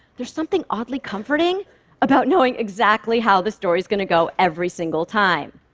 there's something oddly comforting about knowing exactly how the story is going to go every single time.